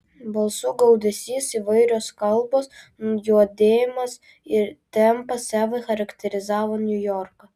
balsų gaudesys įvairios kalbos judėjimas ir tempas evai charakterizavo niujorką